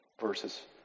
verses